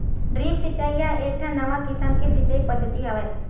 drip सिचई ह एकठन नवा किसम के सिचई पद्यति हवय